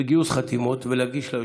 בגיוס חתימות ולהגיש ליושב-ראש,